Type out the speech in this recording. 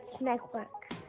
network